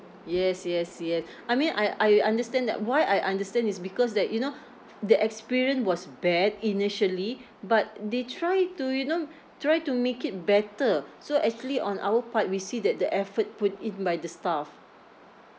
yes yes yes I mean I I understand that why I understand is because that you know the experience was bad initially but they try to you know try to make it better so actually on our part we see that the effort put in by the staff